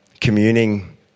Communing